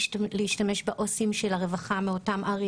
להשתמש בעו"סים של הרווחה מאותן ערים